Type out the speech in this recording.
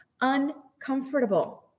uncomfortable